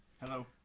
Hello